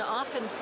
often